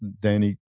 Danny